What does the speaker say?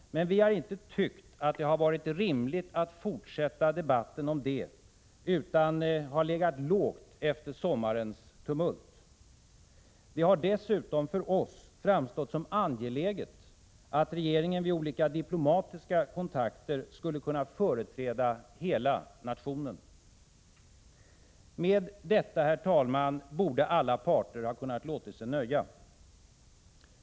Men vi har inte tyckt att det har varit rimligt att fortsätta debatten om detta utan har legat lågt efter sommarens tumult. Det har dessutom för oss framstått som angeläget att regeringen vid olika diplomatiska kontakter skulle kunna företräda hela nationen. Med detta, herr talman, borde alla parter ha kunnat låta sig nöja.